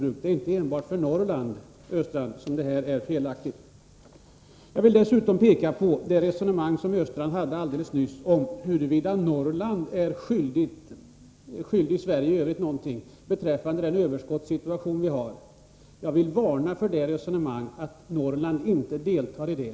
Det är således inte enbart för Norrland, Olle Östrand, som detta är ett felaktigt system. Vidare förde Östrand ett resonemang om huruvida Norrland är skyldigt Sverige i övrigt någonting när det gäller överskottssituationen. Låt mig varna för ett resonemang som går ut på att Norrland inte deltar härvidlag.